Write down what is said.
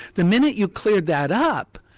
the minute you've cleared that up,